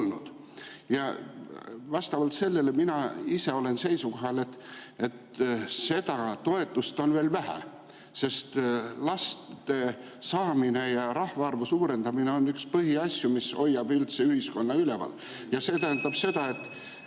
Ja vastavalt sellele mina ise olen seisukohal, et seda toetust on veel vähe, sest laste saamine ja rahvaarvu suurendamine on üks põhiasju, mis hoiab üldse ühiskonna üleval. (Juhataja helistab